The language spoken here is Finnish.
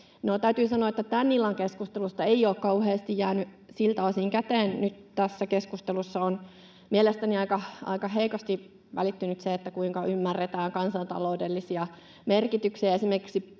täytyy sanoa, että tämän illan keskustelusta ei ole kauheasti jäänyt siltä osin käteen. Nyt tässä keskustelussa on mielestäni aika heikosti välittynyt se, kuinka ymmärretään kansantaloudellisia merkityksiä.